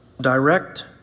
direct